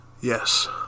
Yes